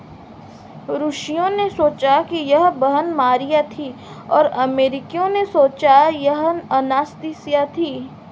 रूशियों ने सोचा कि यह बहन मारिया थी और अमेरिकियों ने सोचा यह अनास्तीसिया थी